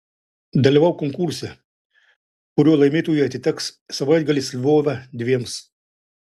dalyvauk konkurse kurio laimėtojui atiteks savaitgalis lvove dviems